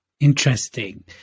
interesting